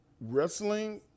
wrestling